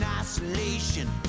isolation